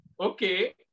Okay